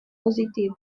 pozitiv